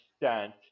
extent